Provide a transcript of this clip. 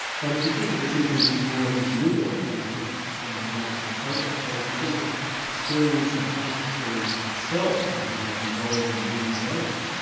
but if you think of the two things as more intermingled, then i think one can make sort of progress. so if you think of experience or conscious experience as itself somehow involving a normative element,